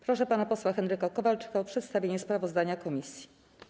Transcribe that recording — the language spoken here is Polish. Proszę pana posła Henryka Kowalczyka o przedstawienie sprawozdania komisji.